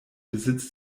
besitz